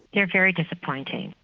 yeah very disappointing.